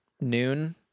noon